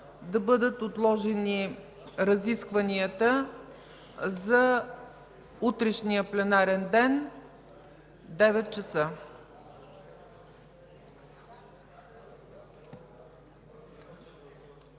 да бъдат отложени разискванията за утрешния пленарен ден, 9,00 часа.